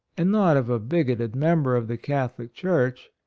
and not of a bigoted member of the catholic church,